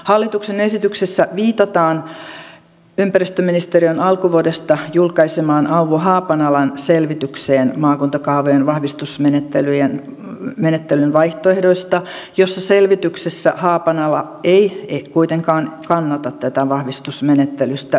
hallituksen esityksessä viitataan ympäristöministeriön alkuvuodesta julkaisemaan auvo haapanalan selvitykseen maakuntakaavojen vahvistusmenettelyn vaihtoehdoista jossa haapanala ei kuitenkaan kannata tätä vahvistusmenettelystä luopumista